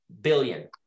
billion